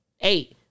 eight